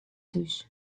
thús